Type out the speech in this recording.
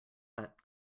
but